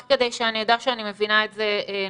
רק כדי שאני אדע שאני מבינה את זה נכון.